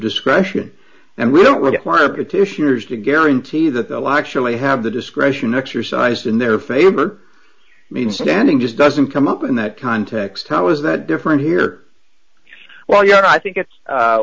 discretion and we don't require petitioners to guarantee that the law actually have the discretion exercised in their favor means standing just doesn't come up in that context how is that different here well you know i think